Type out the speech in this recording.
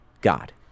God